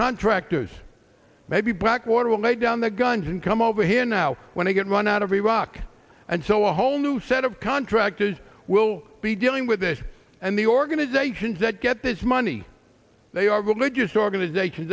contractors maybe blackwater all night down the guns and come over here now when i get run out of iraq and so our whole new set of contractors will be dealing with this and the organizations that get this money they are religious organizations